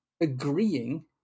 agreeing